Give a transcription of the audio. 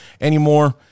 anymore